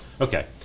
Okay